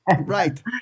Right